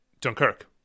dunkirk